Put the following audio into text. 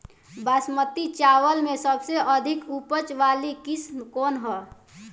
बासमती चावल में सबसे अधिक उपज वाली किस्म कौन है?